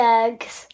eggs